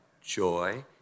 joy